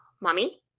mommy